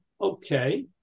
Okay